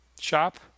Shop